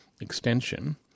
extension